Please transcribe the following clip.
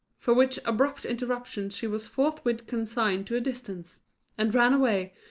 for which abrupt interruption she was forthwith consigned to a distance and ran away,